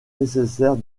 nécessaire